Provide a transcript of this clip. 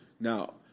Now